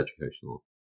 educational